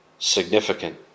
Significant